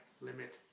limit